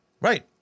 Right